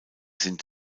sind